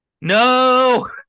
No